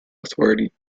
authority